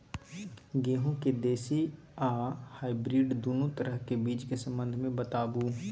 गेहूँ के देसी आ हाइब्रिड दुनू तरह के बीज के संबंध मे बताबू?